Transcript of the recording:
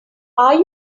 are